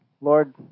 Lord